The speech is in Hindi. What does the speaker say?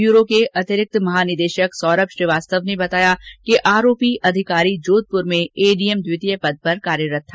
ब्यूरो के अतिरिक्त महानिदेशक सौरभ श्रीवास्तव ने बताया कि आरोपी अधिकारी जोधपुर में एडीएम द्वितीय पद पर कार्यरत था